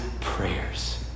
prayers